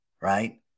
Right